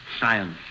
science